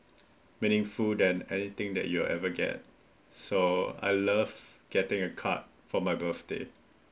meaningful than anything that you ever get so I love getting a card for my birthday